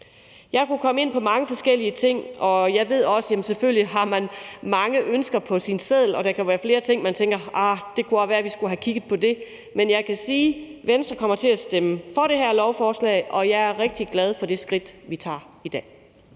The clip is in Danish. Jeg kunne komme ind på mange forskellige ting, og jeg ved også, at man selvfølgelig har mange ønsker på sin seddel, og der kunne også være flere ting, hvor man tænker: Arh, det kunne også have været, at vi skulle have kigget på det. Men jeg kan sige, at Venstre kommer til at stemme for det her lovforslag – og jeg er rigtig glad for det skridt, vi tager i dag.